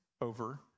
over